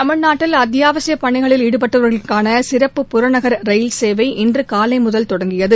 தமிழ்நாட்டில் அத்தியாவசிய பணிகளில் ஈடுபட்டுள்ளவர்களுக்காள சிறப்பு புறநகர் ரயில் சேவை இன்று காலை முதல் தொடங்கியது